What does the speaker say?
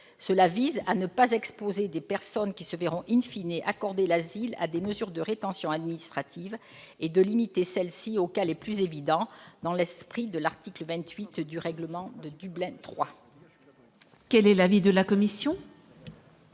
tend aussi à ne pas exposer des personnes qui se verront accorder l'asile à des mesures de rétention administrative, et de limiter celles-ci aux cas les plus évidents, conformément à l'esprit de l'article 28 du règlement Dublin III. Quel est l'avis de la commission ?